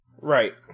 Right